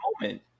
moment